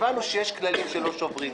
הבנו שיש כללים שלא שוברים.